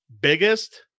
Biggest